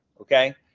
Okay